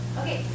okay